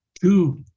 two